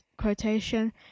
quotation